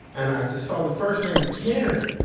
and i just saw the first name karen.